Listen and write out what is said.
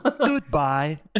Goodbye